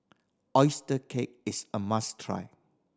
oyster cake is a must try